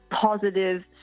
positive